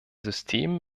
system